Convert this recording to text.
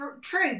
true